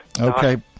Okay